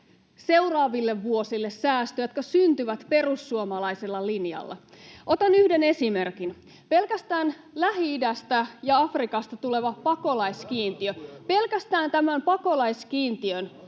seuraaville vuosille säästöt, jotka syntyvät perussuomalaisella linjalla. Otan yhden esimerkin: Pelkästään Lähi-idästä ja Afrikasta tulevan pakolaiskiintiön lakkauttaminen